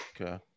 Okay